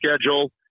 schedule